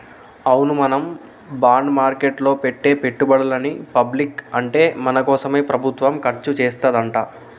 అవును మనం బాండ్ మార్కెట్లో పెట్టే పెట్టుబడులని పబ్లిక్ అంటే మన కోసమే ప్రభుత్వం ఖర్చు చేస్తాడంట